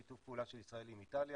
שיתוף פעולה של ישראל עם איטליה.